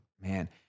Man